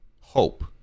hope